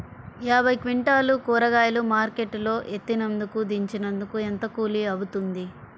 యాభై క్వింటాలు కూరగాయలు మార్కెట్ లో ఎత్తినందుకు, దించినందుకు ఏంత కూలి అవుతుంది?